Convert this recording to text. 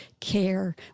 care